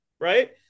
right